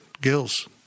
Gills